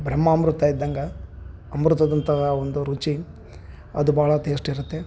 ಬ್ರಹ್ಮಾಮೃತ ಇದ್ದಂಗೆ ಅಮೃತದಂತಹ ಒಂದು ರುಚಿ ಅದು ಭಾಳ ಟೇಸ್ಟಿರುತ್ತೆ